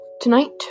Tonight